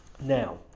Now